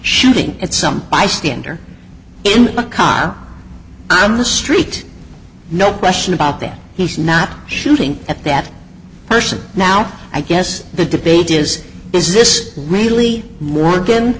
shooting at some bystander in a car on the street no question about that he's not shooting at that person now i guess the debate is is this really mor